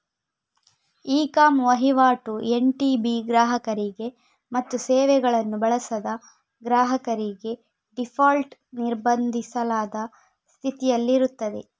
E com ವಹಿವಾಟು NTB ಗ್ರಾಹಕರಿಗೆ ಮತ್ತು ಸೇವೆಗಳನ್ನು ಬಳಸದ ಗ್ರಾಹಕರಿಗೆ ಡೀಫಾಲ್ಟ್ ನಿರ್ಬಂಧಿಸಲಾದ ಸ್ಥಿತಿಯಲ್ಲಿರುತ್ತದೆ